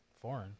foreign